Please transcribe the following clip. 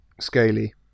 Scaly